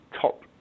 top